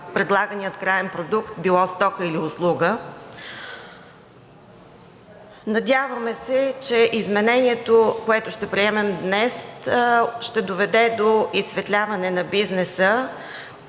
предлагания краен продукт – било стока или услуга. Надяваме се, че изменението, което ще приемем днес, ще доведе до изсветляване на бизнеса,